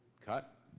cut,